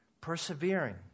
Persevering